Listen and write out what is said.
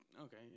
Okay